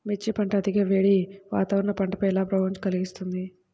మిర్చి పంట అధిక వేడి వాతావరణం పంటపై ఏ ప్రభావం కలిగిస్తుంది?